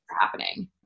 happening